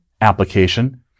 application